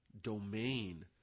domain